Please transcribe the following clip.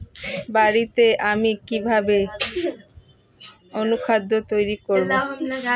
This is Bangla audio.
বাড়িতে আমি কিভাবে অনুখাদ্য তৈরি করব?